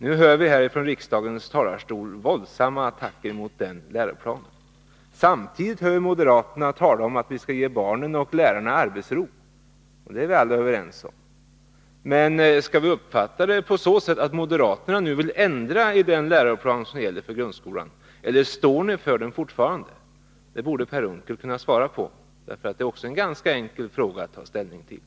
Nu hör vi från riksdagens talarstol våldsamma attacker mot den läroplanen. Samtidigt hör vi moderaterna tala om att vi skall ge barnen och lärarna arbetsro. Det är vi alla överens om. Men skall vi uppfatta detta på så sätt att moderaterna nu vill ändra på den läroplan som gäller för grundskolan, eller står ni fortfarande för den? Detta borde Per Unckel kunna svara på, för det är också en ganska enkel fråga att ta ställning till.